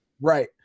Right